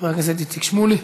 של חבר הכנסת שמולי,